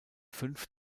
fünf